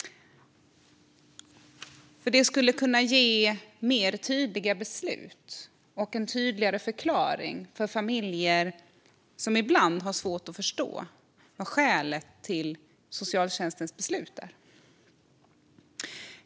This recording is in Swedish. Det skulle kunna ge tydligare beslut och tydligare förklaringar för familjer som ibland har svårt att förstå skälen till socialtjänstens beslut.